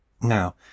Now